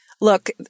Look